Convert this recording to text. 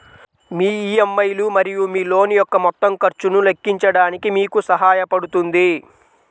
మీ EMI లు మరియు మీ లోన్ యొక్క మొత్తం ఖర్చును లెక్కించడానికి మీకు సహాయపడుతుంది